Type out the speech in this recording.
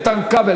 איתן כבל,